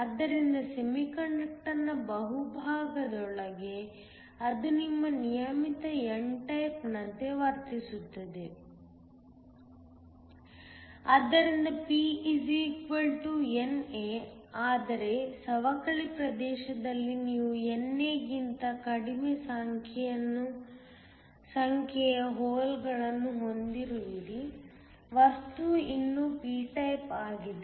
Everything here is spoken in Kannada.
ಆದ್ದರಿಂದ ಸೆಮಿಕಂಡಕ್ಟರ್ನ ಬಹುಭಾಗದೊಳಗೆ ಅದು ನಿಮ್ಮ ನಿಯಮಿತ n ಟೈಪ್ನಂತೆ ವರ್ತಿಸುತ್ತದೆ ಆದ್ದರಿಂದ P NA ಆದರೆ ಸವಕಳಿ ಪ್ರದೇಶದಲ್ಲಿ ನೀವು NA ಗಿಂತ ಕಡಿಮೆ ಸಂಖ್ಯೆಯ ಹೋಲ್ಗಳನ್ನು ಹೊಂದಿರುವಿರಿ ವಸ್ತುವು ಇನ್ನೂ p ಟೈಪ್ ಆಗಿದೆ